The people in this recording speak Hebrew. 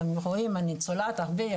אני צולעת מאוד,